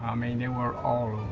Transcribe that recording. i mean, they were all